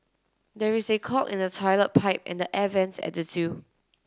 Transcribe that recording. there is a clog in the toilet pipe and the air vents at the zoo